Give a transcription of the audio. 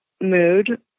mood